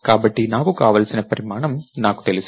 కాబట్టి నాకు కావలసిన పరిమాణం నాకు తెలుసు